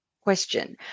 question